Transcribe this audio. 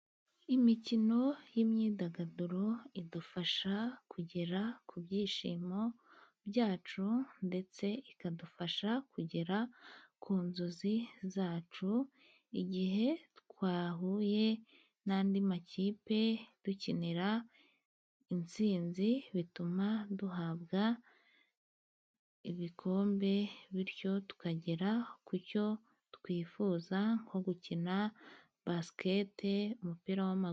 Imikino y'imyidagaduro idufasha kugera ku byishimo byacu, ndetse ikadufasha kugera ku nzozi zacu, igihe twahuye n'andi makipe dukinira intsinzi, bituma duhabwa ibikombe, bityo tukagera ku cyo twifuza nko gukina basikete, umupira w'amaziguru.